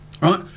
right